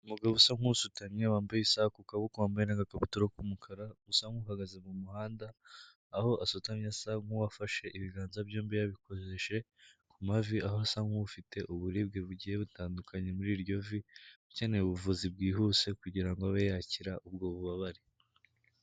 Umugabo usa nk'usutamye wambaye isaha ku kaboko, wambaye n'agakabutura k'umukara, usa nk'uhagaze mu muhanda, aho asutamye asa nk'uwafashe ibiganza byombi yabikojeje ku mavi, aho asa nk'ufite uburibwe bugiye butandukanye muri iryo vi, ukeneye ubuvuzi bwihuse kugira ngo abe yakira ubwo bubabare.